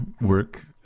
work